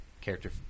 character